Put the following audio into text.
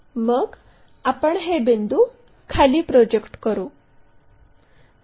मग आपण हे बिंदू खाली प्रोजेक्ट करू